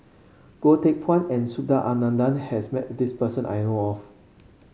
Goh Teck Phuan and Subhas Anandan has met this person I know of